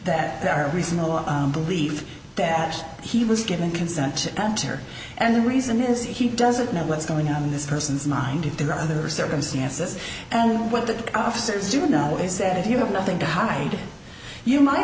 that there are reasonable belief that he was given consent to her and the reason is he doesn't know what's going on in this person's mind if there are other circumstances and what the officers do not what they said if you have nothing to hide you might